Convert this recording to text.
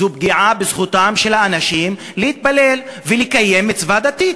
זו פגיעה בזכותם של האנשים להתפלל ולקיים מצווה דתית.